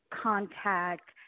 contact